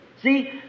See